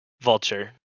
Vulture